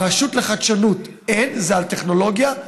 ברשות לחדשנות אין, זה על טכנולוגיה.